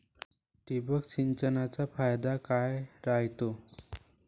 ठिबक सिंचनचा फायदा काय राह्यतो?